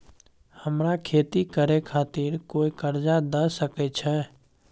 हमरा खेती करे खातिर कोय कर्जा द सकय छै?